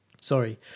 Sorry